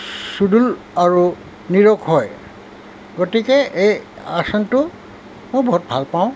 চোদোল আৰু নিৰোগ হয় গতিকে এই আসনটো মই বহুত ভাল পাওঁ